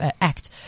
Act